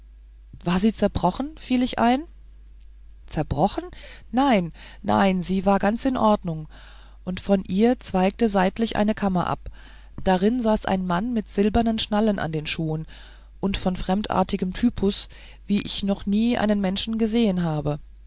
war zerbrochen fiel ich ein zerbrochen nein nein sie war ganz in ordnung und von ihr zweigte seitlich eine kammer ab darin saß ein mann mit silbernen schnallen an den schuhen und von fremdartigem typus wie ich noch nie einen menschen gesehen habe